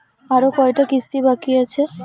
আরো কয়টা কিস্তি বাকি আছে?